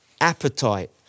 appetite